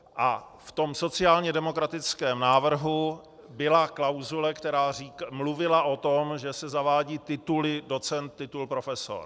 V tom sociálně demokratickém návrhu byla klauzule, která mluvila o tom, že se zavádí titul docent, titul profesor.